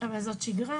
זו שגרה